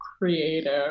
creative